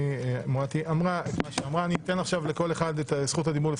כולם יקבלו זכות דיבור.